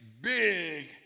big